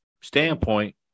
standpoint